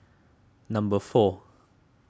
number four